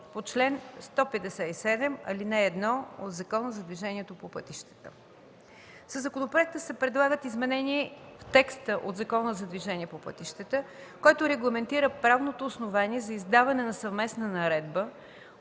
по чл. 157, ал. 1 от Закона за движението по пътищата. Със законопроекта се предлагат изменения в текста от Закона за движението по пътищата, който регламентира правното основание за издаване на съвместна наредба